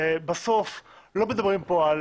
בסוף לא מדברים פה על